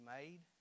made